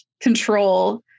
control